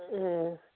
ꯎꯝ